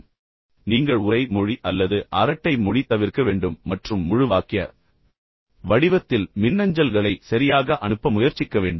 எனவே நீங்கள் நினைவில் கொள்ள வேண்டும் நீங்கள் உரை மொழி அல்லது அரட்டை மொழி தவிர்க்க வேண்டும் மற்றும் முழு வாக்கிய வடிவத்தில் மின்னஞ்சல்களை சரியாக அனுப்ப முயற்சிக்க வேண்டும்